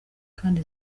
kandi